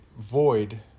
void